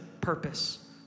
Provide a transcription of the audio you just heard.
purpose